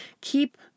Keep